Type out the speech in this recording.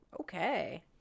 Okay